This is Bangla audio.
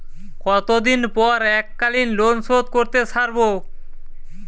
কতদিন পর এককালিন লোনশোধ করতে সারব?